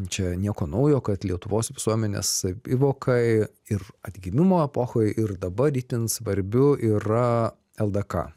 čia nieko naujo kad lietuvos visuomenės savivokai ir atgimimo epochoj ir dabar itin svarbiu yra ldk